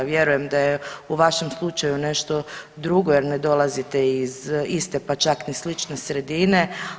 Vjerujem da je u vašem slučaju nešto drugo jer ne dolazite iz iste, pa čak ni slične sredine.